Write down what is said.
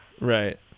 Right